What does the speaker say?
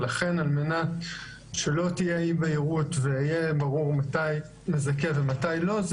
לכן על מנת שלא תהיה אי בהירות ויהיה ברור מתי נזכה ומתי לא,